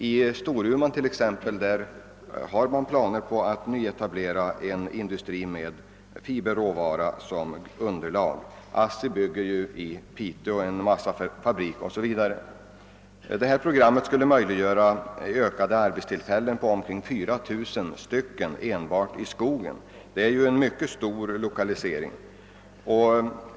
I Storuman har man planer på att nyetablera en industri med fiberråvara som underlag — ASSI bygger i Piteå en massafabrik. Programmet skulle möjliggöra ökade arbetstillfällen för omkring 4000 personer enbart i skogen. Det är en mycket stor 1okalisering.